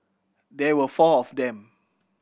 there were four of them